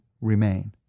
remain